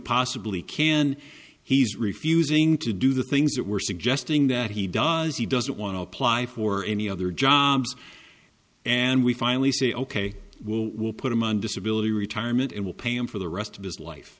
possibly can he's refusing to do the things that we're suggesting that he does he doesn't want to apply for any other job and we finally say ok well we'll put him on disability retirement and we'll pay him for the rest of his life